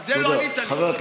על זה לא ענית לי, אלי.